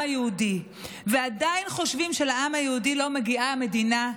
היהודי ועדיין חושבים שלעם היהודי לא מגיעה מדינה,